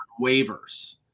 waivers